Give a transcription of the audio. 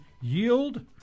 yield